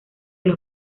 los